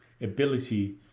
ability